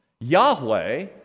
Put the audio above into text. Yahweh